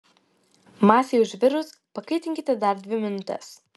masei užvirus pakaitinkite dar dvi minutes